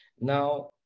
now